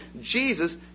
Jesus